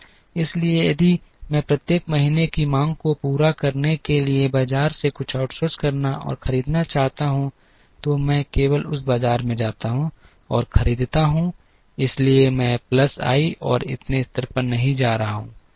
इसलिए यदि मैं प्रत्येक महीने की मांग को पूरा करने के लिए बाजार से कुछ आउटसोर्स करना और खरीदना चाहता हूं तो मैं केवल उस बाजार में जाता हूं और खरीदता हूं इसलिए मैं प्लस आई और इतने पर नहीं जा रहा हूं